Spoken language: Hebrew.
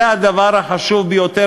זה הדבר החשוב ביותר,